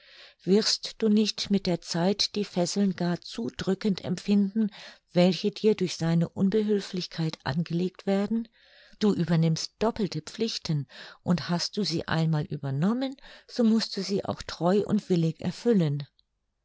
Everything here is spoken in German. wirst du nicht mit der zeit die fesseln gar zu drückend empfinden welche dir durch seine unbehülflichkeit angelegt werden du übernimmst doppelte pflichten und hast du sie einmal übernommen so mußt du sie auch treu und willig erfüllen